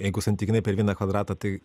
jeigu santykinai per vieną kvadratą tai